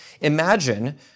imagine